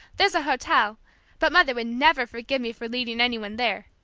there's a hotel but mother would never forgive me for leading any one there!